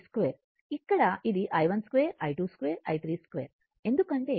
ఇక్కడ ఇది i12 I22 i3 2 ఎందుకంటే ఇది స్క్వేర్